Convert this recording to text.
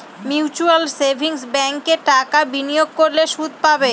mutual savings ব্যাঙ্কে টাকা বিনিয়োগ করলে সুদ পাবে